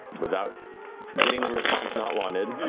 without getting the response nott wanted,